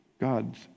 God's